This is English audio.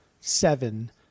seven